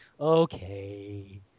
Okay